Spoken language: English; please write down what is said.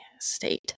state